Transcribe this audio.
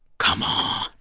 come on.